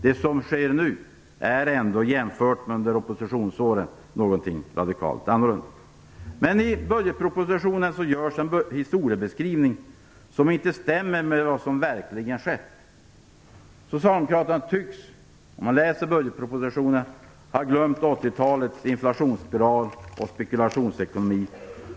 Det som sker nu är något radikalt annorlunda mot det som skedde under oppositionsåren. Men i budgetpropositionen ges en historiebeskrivning som inte stämmer med vad som verkligen skett. Om man läser budgetpropositionen verkar det som om socialdemokraterna har glömt 80-talets inflationsspiral och spekulationsekonomi.